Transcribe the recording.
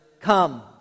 come